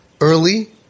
early